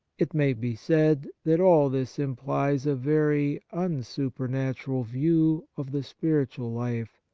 it may be said that all this implies a very unsupernatural view of the spiritual life,